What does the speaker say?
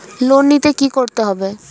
Loan নিতে কী করতে হবে?